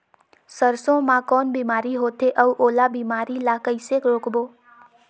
सरसो मा कौन बीमारी होथे अउ ओला बीमारी ला कइसे रोकबो?